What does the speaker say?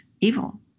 evil